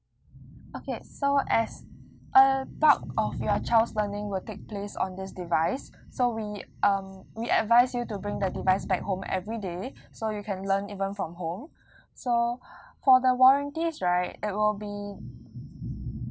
okay so as a bulk of your child's learning will take place on this device so we um we advise you to bring the device back home every day so you can learn even from home so for the warranties right it will be